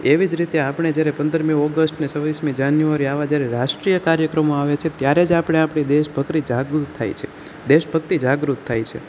એવી જ રીતે આપણે જ્યારે પંદરમી ઓગષ્ટને છવીસમી જાન્યુવારી આવા જ્યારે રાષ્ટ્રિય કાર્યક્રમો આવે છે ત્યારે જ આપણે આપણી દેશભક્તિ જાગૃત થાય છે દેશભક્તિ જાગૃત થાય છે